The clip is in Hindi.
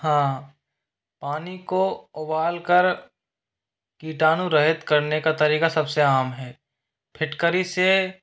हाँ पानी को उबालकर कीटाणु रहित करने का तरीका सबसे आम है फिटकरी से